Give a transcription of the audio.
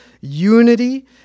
unity